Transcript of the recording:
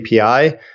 API